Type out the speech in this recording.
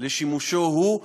לשימושו הוא,